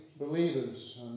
believers